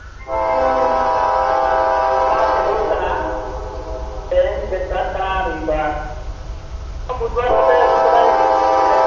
ᱟᱵᱮᱱ ᱚᱱᱠᱟᱢᱟ ᱪᱟᱹᱞᱩ ᱟᱠᱟᱱᱟ ᱛᱮᱦᱮᱧ ᱪᱮᱫ ᱵᱟᱨ ᱠᱟᱱᱟ ᱨᱚᱵᱤ ᱵᱟᱨ ᱵᱩᱫᱽ ᱵᱟᱨ ᱠᱚᱛᱮ ᱟᱹᱜᱩ ᱚᱴᱚ ᱠᱟᱭᱵᱤᱱ ᱜᱤᱫᱽᱨᱟᱹ